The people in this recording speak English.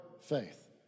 faith